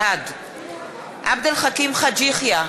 בעד עבד אל חכים חאג' יחיא,